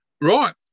Right